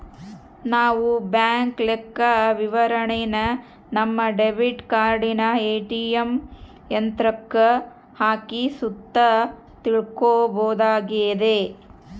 ನಾವು ಬ್ಯಾಂಕ್ ಲೆಕ್ಕವಿವರಣೆನ ನಮ್ಮ ಡೆಬಿಟ್ ಕಾರ್ಡನ ಏ.ಟಿ.ಎಮ್ ಯಂತ್ರುಕ್ಕ ಹಾಕಿ ಸುತ ತಿಳ್ಕಂಬೋದಾಗೆತೆ